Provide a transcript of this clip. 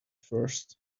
first